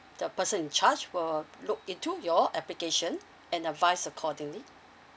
the person in charge will look into your application and advise accordingly